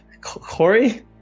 Corey